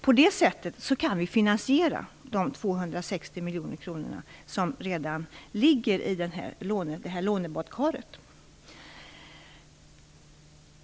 På det sättet kan vi finansiera de 260 miljoner kronorna som redan så att säga ligger i lånebadkaret.